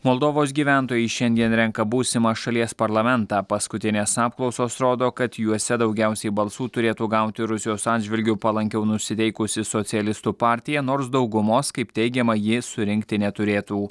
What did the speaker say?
moldovos gyventojai šiandien renka būsimą šalies parlamentą paskutinės apklausos rodo kad juose daugiausiai balsų turėtų gauti rusijos atžvilgiu palankiau nusiteikusi socialistų partija nors daugumos kaip teigiama ji surinkti neturėtų